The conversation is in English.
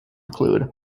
include